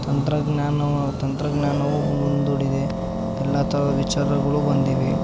ತಂತ್ರಜ್ಞಾನವು ತಂತ್ರಜ್ಞಾನವು ಮುಂದೂಡಿದೆ ಎಲ್ಲ ಥರದ ವಿಚಾರಗಳೂ ಬಂದಿವೆ